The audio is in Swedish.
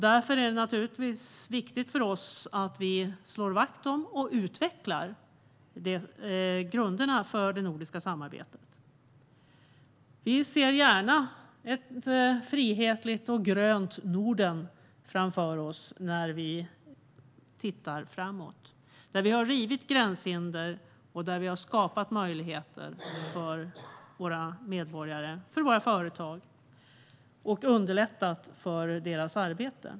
Därför är det naturligtvis viktigt för oss att vi slår vakt om och utvecklar grunderna för det nordiska samarbetet. Vi ser gärna ett frihetligt och grönt Norden framför oss när vi tittar framåt där vi har rivit gränshinder och där vi har skapat möjligheter för medborgare och företag och underlättat för deras arbete.